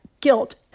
guilt